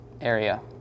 area